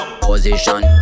Position